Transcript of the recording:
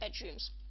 bedrooms